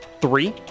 three